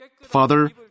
Father